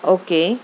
okay